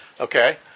Okay